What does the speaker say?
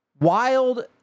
wild